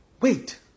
Wait